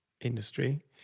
industry